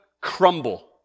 crumble